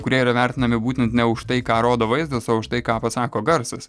kurie yra vertinami būtent ne už tai ką rodo vaizdas o už tai ką pasako garsas